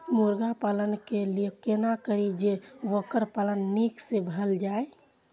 मुर्गी पालन के लिए केना करी जे वोकर पालन नीक से भेल जाय?